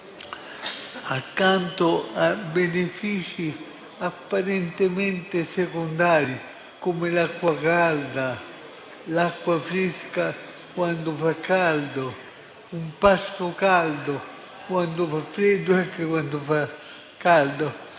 credo che benefici apparentemente secondari, come l'acqua calda, l'acqua fresca quando fa caldo, un pasto caldo quando fa freddo e anche quando fa caldo,